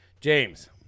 james